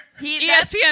ESPN